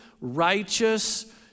righteous